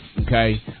okay